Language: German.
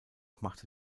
machte